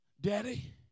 Daddy